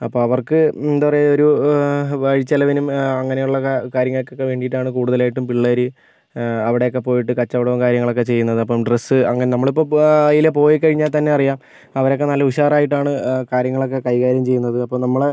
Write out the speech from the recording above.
അപ്പം അവർക്ക് എന്താ പറയുക ഒരു വഴിച്ചിലവിനും അങ്ങനെയുള്ള കാര്യങ്ങൾക്കൊക്കെ വേണ്ടിയിട്ടാണ് കൂടുതലായിട്ടും പിള്ളേർ അവിടെയൊക്കെ പോയിട്ട് കച്ചവടവും കാര്യങ്ങളൊക്കെ ചെയ്യുന്നത് അപ്പം ഡ്രസ്സ് അങ്ങനെ നമ്മളിപ്പപ്പോൾ അതിലെ പോയി കഴിഞ്ഞാൽ തന്നെ അറിയാം അവരൊക്കെ നല്ല ഉഷാറായിട്ടാണ് കാര്യങ്ങളൊക്കെ കൈകാര്യം ചെയ്യുന്നത് അപ്പോൾ നമ്മളുടെ